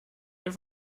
wir